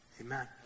Amen